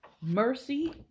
Mercy